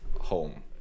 home